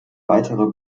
weitere